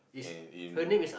eh in